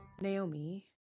Naomi